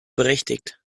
berechtigt